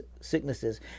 sicknesses